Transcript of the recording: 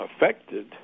affected